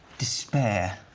despair.